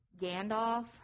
Gandalf